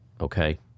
okay